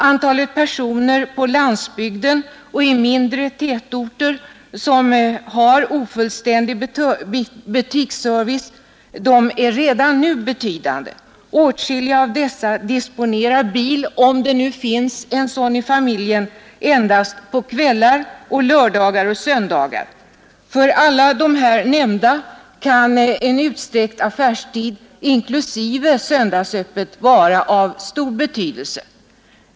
Antalet personer på landsbygden och i mindre tätorter som har ofullständig butiksservice är redan nu betydande. Åtskilliga av dem disponerar bil endast på kvällar, lördagar och söndagar — om det nu finns en sådan i familjen. För alla dessa kan en utsträckt affärstid, inklusive söndagsöppet, vara av stor betydelse.